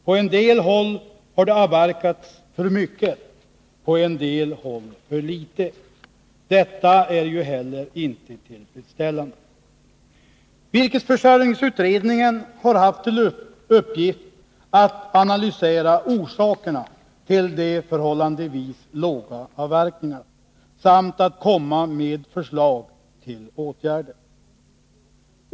På vissa håll har det avverkats för mycket, på en del håll för litet, och det är ju inte heller tillfredsställande. Virkesförsörjningsutredningen har haft till uppgift att analysera orsakerna till de förhållandevis låga avverkningarna samt att komma med förslag till åtgärder.